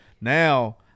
Now